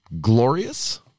glorious